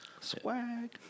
Swag